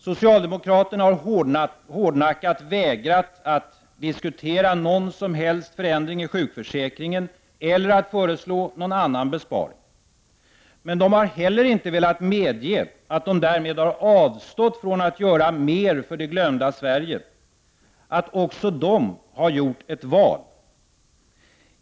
Socialdemokraterna har hårdnackat vägrat att diskutera någon som helst förändring i sjukförsäkringen eller att föreslå någon annan besparing. Men de har heller inte velat medge att de därmed har avstått från att göra mer för det glömda Sverige, att också de har gjort ett val.